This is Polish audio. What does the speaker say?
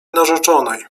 narzeczonej